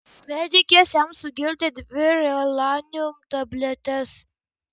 medikės jam sugirdė dvi relanium tabletes